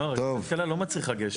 נועה, רכבת קלה לא מצריכה גשר.